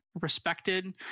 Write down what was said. respected